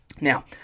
now